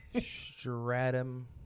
stratum